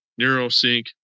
Neurosync